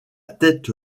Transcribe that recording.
tête